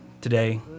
Today